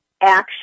action